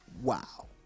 wow